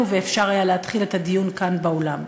ואפשר היה להתחיל את הדיון כאן באולם.